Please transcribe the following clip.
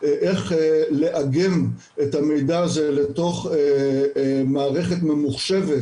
איך לעגן את המידע הזה לתוך מערכת ממוחשבת